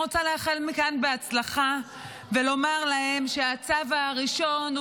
אני רוצה לאחל מכאן בהצלחה ולומר להם שהצו הראשון הוא